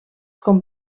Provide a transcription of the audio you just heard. com